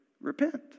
Repent